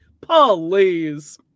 Please